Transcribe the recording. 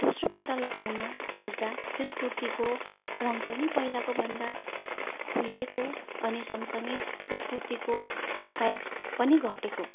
दोस्रोपल्ट लगाउन खोज्दा त्यस कुर्तीको रङ पनि पहिलाको भन्दा खुइलिएको अनि सँगसँगै त्यस कुर्तीको साइज पनि घटेको